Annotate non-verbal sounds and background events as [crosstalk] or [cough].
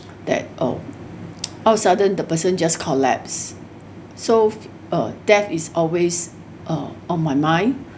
that um [noise] all of a sudden the person just collapsed so uh death is always uh on my mind